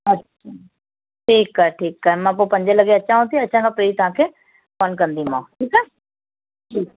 अछा ठीकु आहे ठीकु आहे मां पोइ पंजे लॻे अचांव थी अचण खां पहिरीं तव्हांखे फोन कंदीमांव ठीकु आहे ठीकु